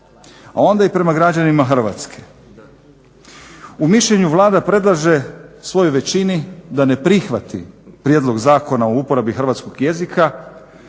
a onda i prema građanima Hrvatske. U mišljenju Vlada predlaže svojoj većini da ne prihvati prijedlog zakona o uporabi hrvatskog jezika